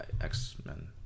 X-Men